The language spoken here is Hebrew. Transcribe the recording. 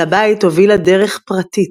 אל הבית הובילה דרך פרטית,